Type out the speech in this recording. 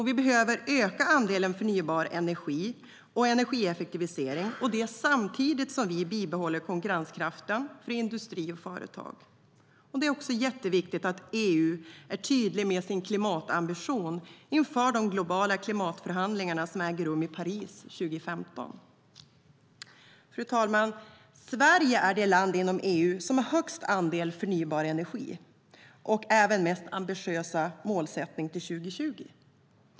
Vi behöver öka andelen förnybar energi och energieffektivisering - och det samtidigt som vi bibehåller konkurrenskraften för industri och företag. Det är också jätteviktigt att EU är tydligt med sin klimatambition inför de globala klimatförhandlingarna som äger rum i Paris 2015. Fru talman! Sverige är det land inom EU som har den högsta andelen förnybar energi och även den mest ambitiösa målsättningen till 2020.